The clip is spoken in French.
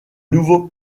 nouveau